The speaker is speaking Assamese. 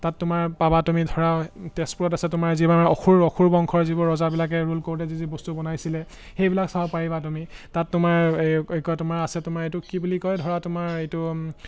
তাত তোমাৰ পাবা তুমি ধৰা তেজপুৰত আছে তোমাৰ যিবোৰ আমাৰ অসুৰ অসুৰ বংশৰ যিবোৰ ৰজাবিলাকে ৰোল কৰোঁতে যি যি বস্তু বনাইছিলে সেইবিলাক চাব পাৰিবা তুমি তাত তোমাৰ এই এই কি কয় তোমাৰ আছে তোমাৰ এইটো কি বুলি কয় ধৰা তোমাৰ এইটো